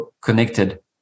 connected